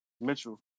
Mitchell